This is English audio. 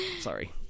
sorry